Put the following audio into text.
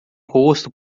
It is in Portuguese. rosto